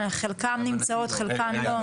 חלקן נמצאות, חלקן לא.